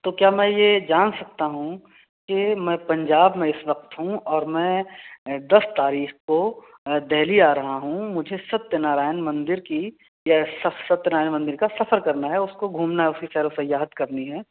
تو کیا میں یہ جان سکتا ہوں کہ میں پنجاب میں اس وقت ہوں اور میں دس تاریخ کو دہلی آ رہا ہوں مجھے ستیہ نارائن مندر کی یا ستیہ نارائن مندر کا سفر کرنا ہے اس کو گھومنا ہے اس کی سیر و سیاحت کرنی ہے